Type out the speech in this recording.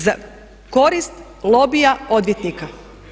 Za korist lobija odvjetnika.